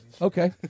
Okay